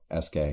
sk